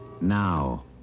Now